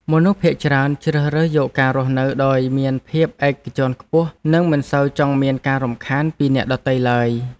មនុស្សភាគច្រើនជ្រើសរើសការរស់នៅដោយមានភាពឯកជនខ្ពស់ និងមិនសូវចង់មានការរំខានពីអ្នកដទៃឡើយ។